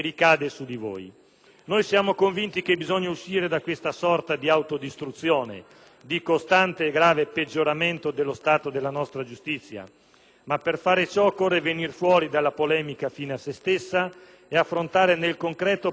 Noi siamo convinti che bisogna uscire da questa sorta di autodistruzione, di costante e grave peggioramento dello stato della nostra giustizia. Ma per fare ciò occorre venir fuori dalla polemica fine a se stessa e affrontare nel concreto problemi e cause.